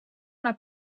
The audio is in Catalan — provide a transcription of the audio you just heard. una